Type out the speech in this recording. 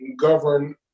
govern